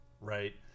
right